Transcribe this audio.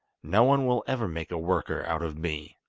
no one will ever make a worker out of me